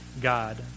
god